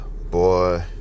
boy